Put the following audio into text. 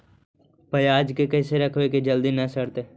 पयाज के कैसे रखबै कि जल्दी न सड़तै?